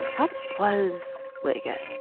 what was liget?